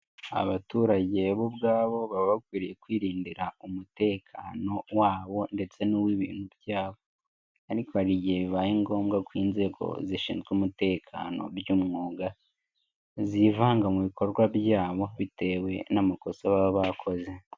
Abaturage bo ubwabo baba bakwiriye kwirindira umutekano wabo ndetse n'uw'ibintu byabo, ariko hari igihe bibaye ngombwa ko inzego zishinzwe umutekano by'umwuga, zivanga mu bikorwa byabo bitewe n'amakosa baba bakoze.